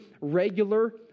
regular